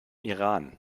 iran